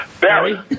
Barry